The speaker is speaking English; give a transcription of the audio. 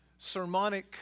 sermonic